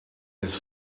his